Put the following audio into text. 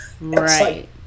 Right